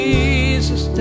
Jesus